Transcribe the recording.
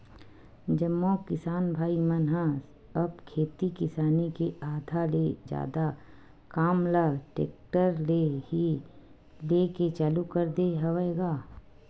जम्मो किसान भाई मन ह अब खेती किसानी के आधा ले जादा काम ल टेक्टर ले ही लेय के चालू कर दे हवय गा